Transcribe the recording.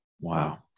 Wow